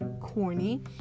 corny